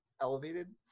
elevated